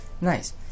Nice